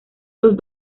los